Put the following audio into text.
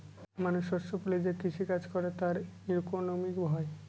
মানুষ শস্য ফলিয়ে যে কৃষি কাজ করে তার ইকোনমি হয়